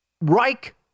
Reich